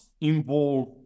involved